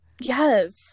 Yes